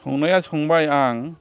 संनाया संबाय आं